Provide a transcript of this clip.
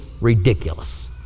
ridiculous